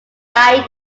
died